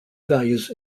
values